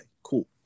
Cool